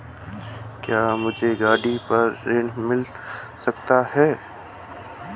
क्या मुझे गाड़ी पर ऋण मिल सकता है?